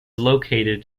located